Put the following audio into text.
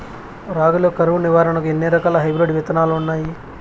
రాగి లో కరువు నివారణకు ఎన్ని రకాల హైబ్రిడ్ విత్తనాలు ఉన్నాయి